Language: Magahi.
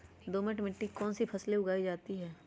दोमट मिट्टी कौन कौन सी फसलें उगाई जाती है?